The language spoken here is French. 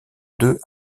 deux